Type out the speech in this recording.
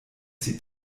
sieht